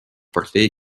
partei